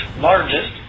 largest